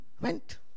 Went